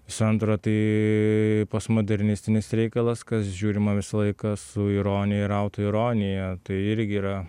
visų antra tai postmodernistinis reikalas kas žiūrima visą laiką su ironija ir autoironija tai irgi yra